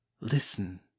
listen